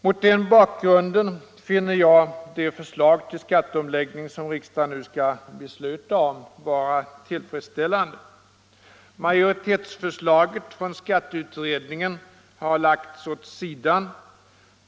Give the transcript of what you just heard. Mot den bakgrunden finner jag det förslag till skatteomläggning som riksdagen nu skall besluta om vara tillfredsställande. Majoritetsförslaget från skatteutredningen har lagts åt sidan.